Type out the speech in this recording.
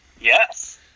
Yes